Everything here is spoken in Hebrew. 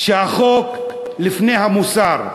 שהחוק לפני המוסר,